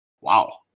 wow